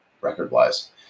record-wise